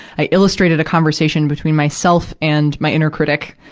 i illustrated a conversation between myself and my inner critic,